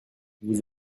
vous